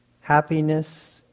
happiness